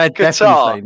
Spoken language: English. guitar